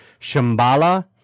Shambhala